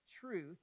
truth